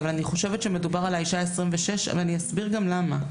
אבל אני חושבת שמדובר על האישה ה-26 ואני אסביר גם למה.